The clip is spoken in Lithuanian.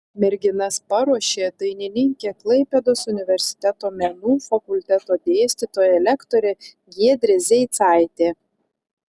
merginas paruošė dainininkė klaipėdos universiteto menų fakulteto dėstytoja lektorė giedrė zeicaitė